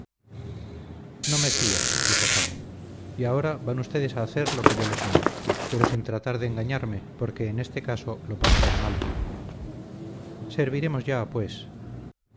no me fío dijo fago y ahora van ustedes a hacer lo que yo les mande pero sin tratar de engañarme porque en este caso lo pasarán mal serviremos ya pues